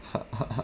ha ha ha